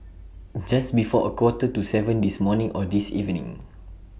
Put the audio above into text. Just before A Quarter to seven This morning Or This evening